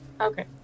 Okay